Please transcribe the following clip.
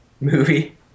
movie